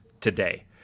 today